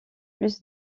plus